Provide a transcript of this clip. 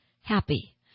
happy